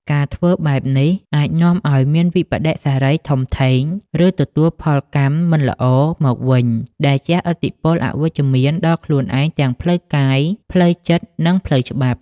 ការធ្វើបែបនេះអាចនាំឲ្យមានវិប្បដិសារីធំធេង ឬទទួលផលកម្មមិនល្អមកវិញ ដែលជះឥទ្ធិពលអវិជ្ជមានដល់ខ្លួនឯងទាំងផ្លូវកាយ ផ្លូវចិត្ត និងផ្លូវច្បាប់។